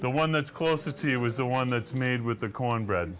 the one that's closest to you was the one that's made with the cornbread